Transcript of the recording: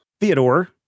Theodore